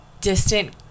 distant